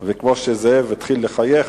וכמו שזאב התחיל לחייך,